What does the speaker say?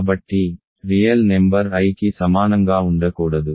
కాబట్టి real number i కి సమానంగా ఉండకూడదు